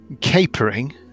capering